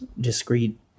discreet